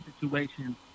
situation